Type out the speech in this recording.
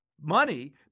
money